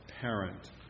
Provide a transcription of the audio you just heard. parent